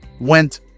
went